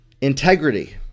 integrity